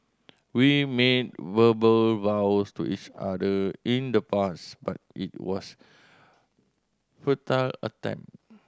we made verbal vows to each other in the past but it was futile attempt